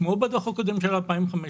כמו בדוח הקודם של 2015,